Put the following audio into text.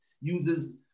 uses